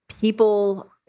people